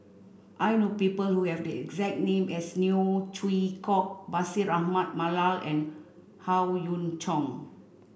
I know people who have the exact name as Neo Chwee Kok Bashir Ahmad Mallal and Howe Yoon Chong